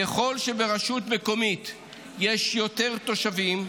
ככל שברשות המקומית יש יותר תושבים,